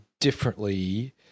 differently